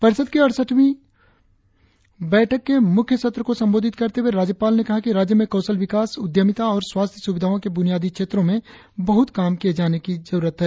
परिषद की अड़सठवीं बैठक के मुख्य सत्र को संबोधित करते हुए राज्यपाल ने कहा कि राज्य में कौशल विकास उद्यमिता और स्वास्थ्य सुविधाओं के ब्रनियादी क्षेत्रों में बहुत काम किए जाने की जरुरत है